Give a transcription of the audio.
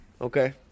Okay